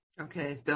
Okay